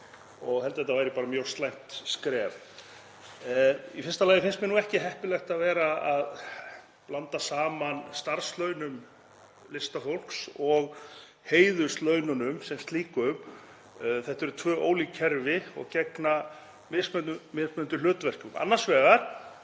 Ég held að þetta væri mjög slæmt skref. Í fyrsta lagi finnst mér ekki heppilegt að vera að blanda saman starfslaunum listafólks og heiðurslaununum sem slíkum. Þetta eru tvö ólík kerfi og gegna mismunandi hlutverkum. Annars vegar